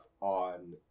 on